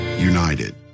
united